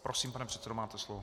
Prosím, pane předsedo, máte slovo.